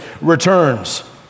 returns